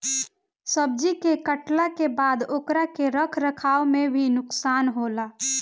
सब्जी के काटला के बाद ओकरा के रख रखाव में भी नुकसान होला